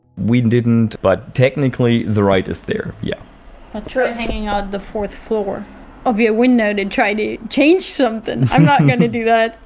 we didn't but technically the right is there, yeah ah but hanging out the fourth floor of your window to try to change something, i'm not going to do that.